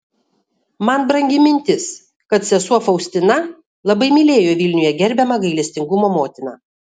man brangi mintis kad sesuo faustina labai mylėjo vilniuje gerbiamą gailestingumo motiną